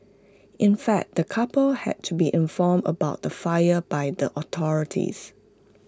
in fact the couple had to be informed about the fire by the authorities